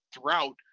throughout